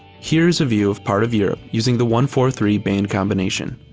here is a view of part of europe using the one four three band combination.